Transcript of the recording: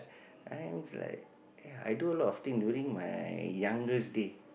I'm like ya i do a lot of thing during my younger days